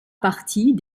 partie